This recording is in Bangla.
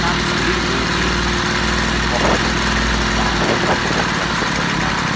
তার ছেলে মেয়েকে কখনই তারা ভুল পথে পরিচালিত করে না